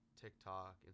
TikTok